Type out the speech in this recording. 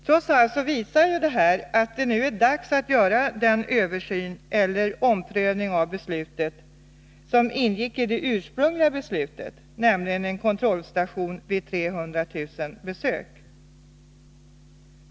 Trots allt visar det här att det nu är dags att göra den översyn eller omprövning av den punkt som ingick i det ursprungliga beslutet och som innebar en kontrollstation vid 300 000 besök.